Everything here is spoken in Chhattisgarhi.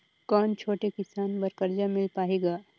कौन छोटे किसान बर कर्जा मिल पाही ग?